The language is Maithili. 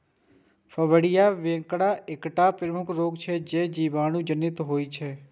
फड़कियां भेड़क एकटा प्रमुख रोग छियै, जे जीवाणु जनित होइ छै